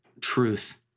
truth